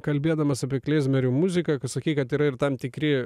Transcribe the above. kalbėdamas apie klezmerio muziką kai sakei kad yra ir tam tikri